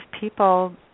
people